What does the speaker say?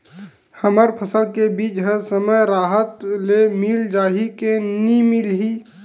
हमर फसल के बीज ह समय राहत ले मिल जाही के नी मिलही?